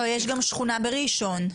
אבל יש גם שכונה בראשון לציון.